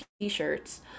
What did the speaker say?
t-shirts